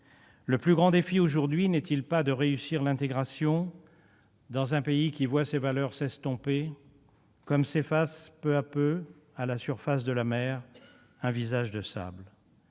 Le plus grand défi aujourd'hui n'est-il pas de réussir l'intégration dans un pays qui voit ces valeurs s'estomper, comme s'efface peu à peu, à la surface de la mer, un visage de sable ?